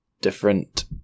different